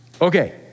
Okay